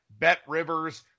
BetRivers